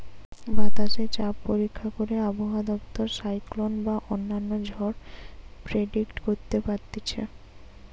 বাতাসে চাপ পরীক্ষা করে আবহাওয়া দপ্তর সাইক্লোন বা অন্য ঝড় প্রেডিক্ট করতে পারতিছে